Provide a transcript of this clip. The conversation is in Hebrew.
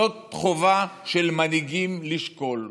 זאת חובה של מנהיגים לשקול.